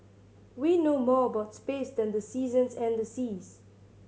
we know more about space than the seasons and the seas